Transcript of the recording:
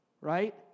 right